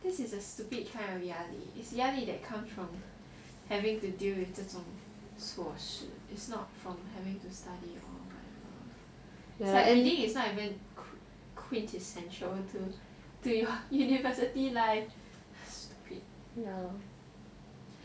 this is a stupid kind of 压力 is 压力 that comes from having to deal with 这种 is not from having to study the ending is not even quintessential to my university life so stupid